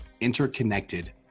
interconnected